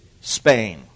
Spain